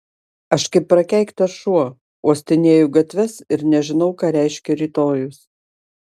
aš kaip prakeiktas šuo uostinėju gatves ir nežinau ką reiškia rytojus